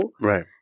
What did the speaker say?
Right